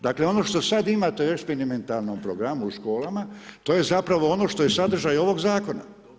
Dakle ono što sada imate u eksperimentalnom programu, u školama, to je zapravo ono što je sadržaj ovog zakona.